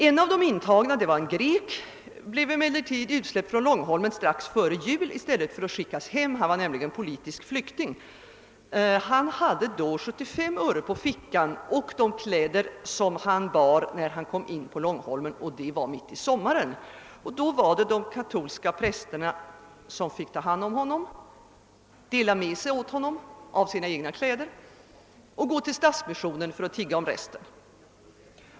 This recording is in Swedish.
En av de intagna, en grek, blev emellertid utsläppt från Långholmen strax före jul i stället för att skickas hem, eftersom han var politisk flykting. Han hade då 75 öre på fickan och de kläder som han bar när han kom in på Långholmen mitt i sommaren. De katolska prästerna fick ta hand om honom, dela med sig av sina egna kläder och gå till Stadsmissionen för att tigga resten.